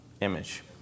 image